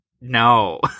no